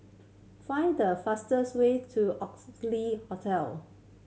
find the fastest way to Oxley Hotel